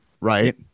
Right